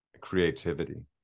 creativity